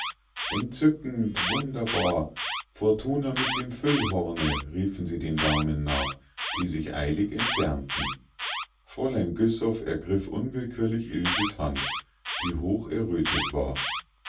entzückend wunderbar fortuna mit dem füllhorne riefen sie den damen nach die sich eilig entfernten fräulein güssow ergriff unwillkürlich ilses hand die hocherrötet war